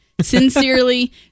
Sincerely